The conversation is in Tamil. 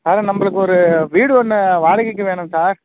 சார் நம்பளுக்கு ஒரு வீடு ஒன்று வாடகைக்கு வேணும் சார்